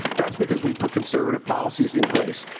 that's because we've put conservative policies in place.